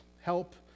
help